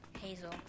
hazel